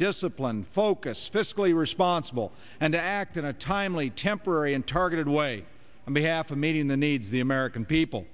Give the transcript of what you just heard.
disciplined focus fiscally responsible and to act in a timely temporary and targeted way and behalf of meeting the needs of the american people